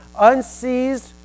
unseized